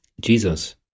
Jesus